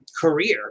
career